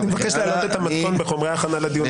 אני מבקש להעלות את המתכון בחומרי הכנה לדיון הבא.